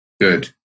Good